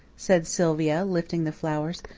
said sylvia, lifting the flowers.